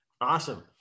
Awesome